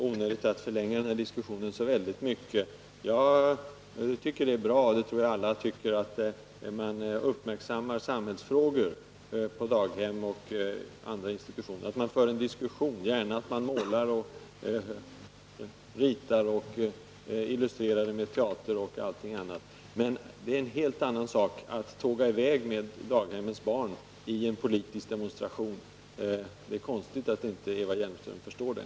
Herr talman! Det kanske är onödigt att förlänga diskussionen. Jag tycker att det är bra — och det tror jag alla tycker — att man uppmärksammar samhällsfrågor på daghem och andra institutioner, att man för en diskussion och gärna att man målar, ritar, illustrerar med teater osv. Men det är en helt annan sak att tåga i väg med daghemsbarn i en politisk demonstration. Det är konstigt att Eva Hjelmström inte förstår det.